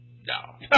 No